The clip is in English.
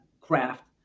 craft